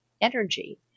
energy